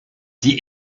die